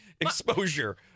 exposure